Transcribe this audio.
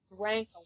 drank